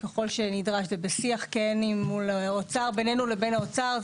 ככל שנדרש, זה בשיח כן בינינו לבין האוצר.